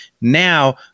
Now